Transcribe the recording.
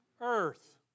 Earth